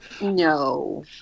No